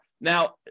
Now